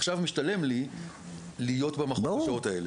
עכשיו משתלם לי להיות במכון בשעות האלה.